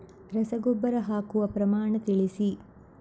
ರಸಗೊಬ್ಬರ ಹಾಕುವ ಪ್ರಮಾಣ ತಿಳಿಸಿ